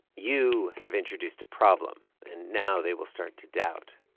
you have introduced a problem. and now they will start to doubt.